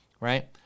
right